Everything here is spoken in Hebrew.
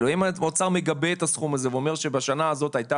אם האוצר מגבה את הסכום הזה ואומר שבשנה הזאת הייתה